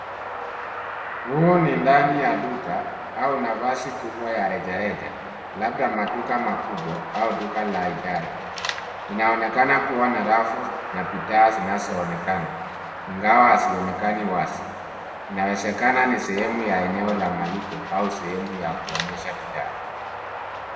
Huu ni ndani ya duka au nafasi kubwa ya rejareja labda maduka makubwa au duka la idara. Inaonekana kuwa na rafu na bidhaa zinazoonekana ingawa hazionekani wazi. Inawezekana ni sehemu ya eneo la malipo au sehemu ya kuonyesha bidhaa.